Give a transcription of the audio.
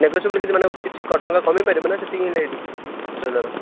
negotiable କିଛି ମାନେ କିଛି ଟଙ୍କା କମାଇ ପାରିବେ ମାନେ ସେତିକି ହେଲେ ହେଇଯିବ ପାଞ୍ଚହଜାର